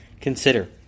consider